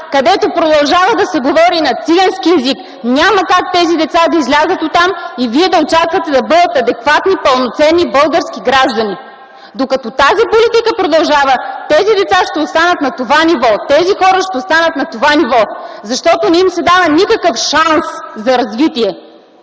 където продължава да се говори на цигански език. Няма как тези деца да излязат оттам и вие да очаквате да бъдат адекватни и пълноценни български граждани! Докато тази политика продължава, тези деца ще останат на това ниво, тези хора ще останат на това ниво, защото не им се дава никакъв шанс за развитие!